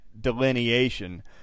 delineation